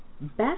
best